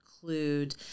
include